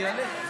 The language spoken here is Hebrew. אני אעלה.